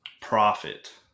Profit